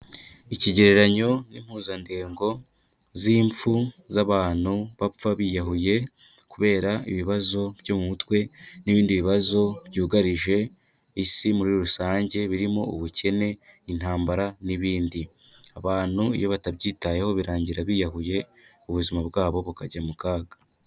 Ikigereranyo n'impuzandengo z'impfu z'abantu bapfa biyahuye kubera ibibazo byo mu mutwe n'ibindi bibazo byugarije Isi muri rusange, birimo ubukene, intambara n'ibindi, abantu iyo batabyitayeho birangira biyahuye, ubuzima bwabo bukajya mu kaga.